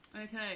Okay